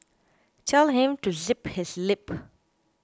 tell him to zip his lip